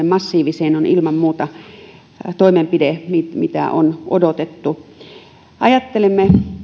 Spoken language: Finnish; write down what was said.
massiiviseen salakalastukseen on ilman muuta toimenpide mitä on odotettu ajattelen